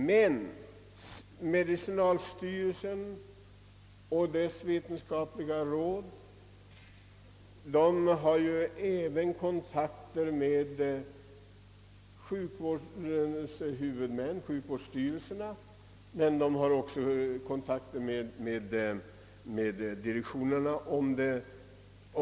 Men medicinalstyrelsen och dess vetenskapliga råd har ju kontakter både med sjukvårdsstyrelserna ute i kommunerna och med sjukhusdirektionerna.